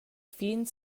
fin